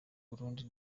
burundi